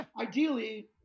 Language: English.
ideally